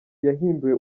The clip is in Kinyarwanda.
yahimbiwe